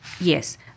Yes